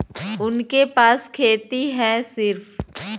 उनके पास खेती हैं सिर्फ